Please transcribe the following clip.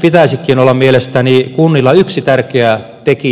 pitäisikin olla mielestäni kunnilla yksi tärkeä tekijä